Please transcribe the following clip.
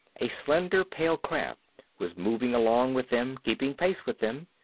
a slender pale craft was moving along with them, keeping pace with them.